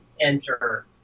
enter